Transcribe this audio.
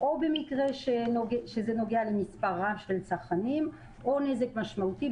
או במקרה שזה נוגע למספר רב של צרכנים או נזק משמעותי.